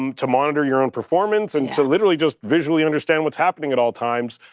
um to monitor your own performance and to literally just visually understand what's happening at all times.